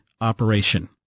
operation